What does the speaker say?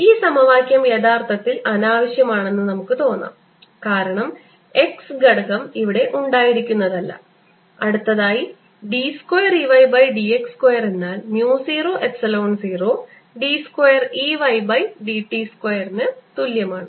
ഈ സമവാക്യം യഥാർത്ഥത്തിൽ അനാവശ്യമാണെന്ന് നമുക്ക് തോന്നാം കാരണം x ഘടകം ഇവിടെ ഉണ്ടായിരിക്കുന്നതല്ല അടുത്തതായി d square E y by d x square എന്നാൽ mu 0 epsilon 0 d square E y by d t സ്ക്വയറിന് തുല്യമാണ്